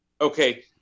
Okay